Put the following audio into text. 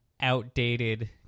outdated